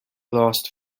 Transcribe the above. lost